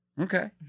Okay